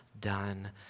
done